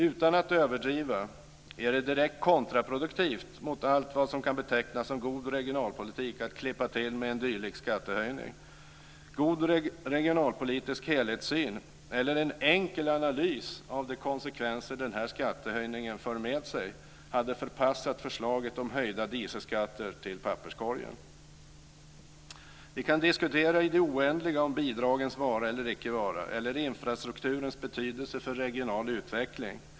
Utan att överdriva är det direkt kontraproduktivt mot allt vad som kan betecknas som god regionalpolitik att klippa till med en dylik skattehöjning. God regionalpolitisk helhetssyn eller en enkel analys av de konsekvenser den här skattehöjningen för med sig hade förpassat förslaget om höjda dieselskatter till papperskorgen. Vi kan diskutera i det oändliga om bidragens vara eller icke vara eller om infrastrukturens betydelse för regional utveckling.